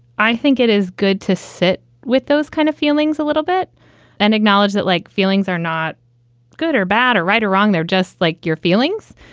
i think it is good to sit with those kind of feelings a little bit and acknowledge that like feelings are not good or bad or right or wrong. they're just like your feelings.